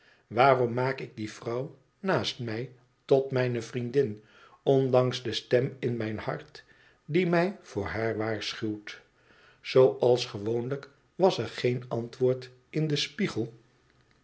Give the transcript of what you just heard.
waarom maak ik die vrouw naast mij tot mijne vriendin ondanks de stem in mijn hart die mij voor haar waarschuwt zooals gewoonlijk was er geen antwoord in den spiegel